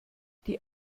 die